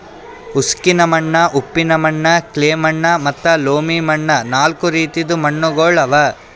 ಉಸುಕಿನ ಮಣ್ಣ, ಉಪ್ಪಿನ ಮಣ್ಣ, ಕ್ಲೇ ಮಣ್ಣ ಮತ್ತ ಲೋಮಿ ಮಣ್ಣ ನಾಲ್ಕು ರೀತಿದು ಮಣ್ಣುಗೊಳ್ ಅವಾ